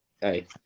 hey